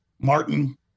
Martin